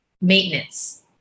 maintenance